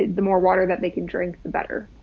the more water that they can drink, the better